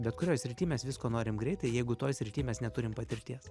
bet kurioj srity mes visko norim greitai jeigu toj srity mes neturim patirties